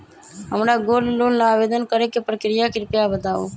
हमरा gold loan ला आवेदन करे के प्रक्रिया कृपया बताई